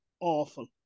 awful